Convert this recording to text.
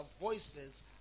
voices